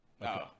No